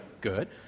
Good